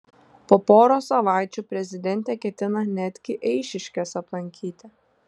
po poros savaičių prezidentė ketina netgi eišiškes aplankyti